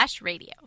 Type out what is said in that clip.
radio